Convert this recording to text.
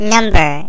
Number